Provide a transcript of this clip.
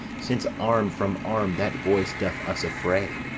since arm from arm that voice doth us affray,